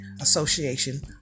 Association